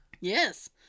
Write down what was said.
yes